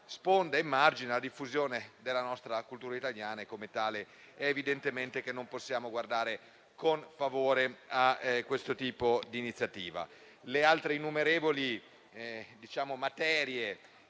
sponda e margine alla diffusione della nostra cultura. Pertanto, è evidente che non possiamo che guardare con favore a questo tipo di iniziativa. Le altre innumerevoli materie